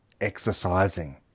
exercising